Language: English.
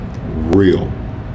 real